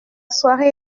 soirée